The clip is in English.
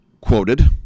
quoted